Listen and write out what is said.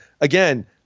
again –